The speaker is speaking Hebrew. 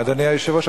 אדוני היושב-ראש,